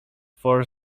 for